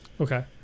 Okay